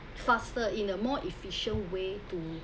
faster in a more efficient way to